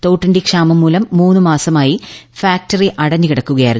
തോട്ടണ്ടി ക്ഷാമര്മൂല്ം മൂന്നുമാസമായി ഫാക്ടറി അടഞ്ഞു കിടക്കുകയായിരുന്നു